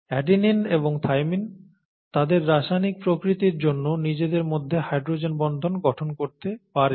adenine এবং thymine তাদের রাসায়নিক প্রকৃতির জন্য নিজেদের মধ্যে হাইড্রোজেন বন্ধন গঠন করতে পারে